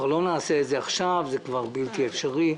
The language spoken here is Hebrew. לא נעשה את זה עכשיו, זה כבר בלתי אפשרי.